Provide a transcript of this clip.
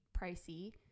pricey